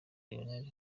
lionel